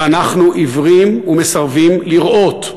ואנחנו עיוורים ומסרבים לראות.